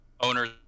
owners